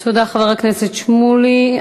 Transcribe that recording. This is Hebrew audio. תודה, חבר הכנסת שמולי.